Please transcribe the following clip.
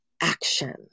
action